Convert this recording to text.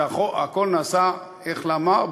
והכול נעשה איך ולמה?